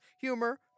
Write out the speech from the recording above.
humor